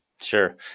Sure